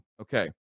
Okay